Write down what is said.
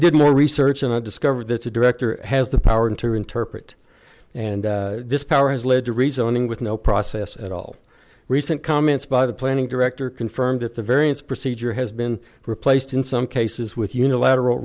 did more research and i discovered that a director has the power to interpret and this power has led to rezoning with no process at all recent comments by the planning director confirmed that the variance procedure has been replaced in some cases with unilateral